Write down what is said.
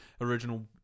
original